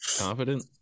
confident